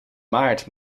maart